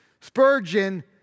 Spurgeon